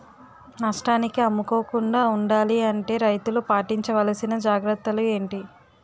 నష్టానికి అమ్ముకోకుండా ఉండాలి అంటే రైతులు పాటించవలిసిన జాగ్రత్తలు ఏంటి